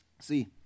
See